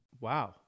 Wow